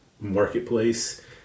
marketplace